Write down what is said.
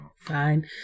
fine